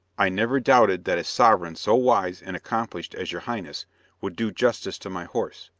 i never doubted that a sovereign so wise and accomplished as your highness would do justice to my horse,